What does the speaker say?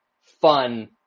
fun